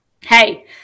Hey